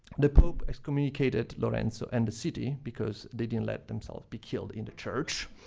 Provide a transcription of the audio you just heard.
the pope excommunicated lorenzo and the city because they didn't let themselves be killed in the church.